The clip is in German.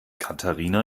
katharina